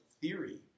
theory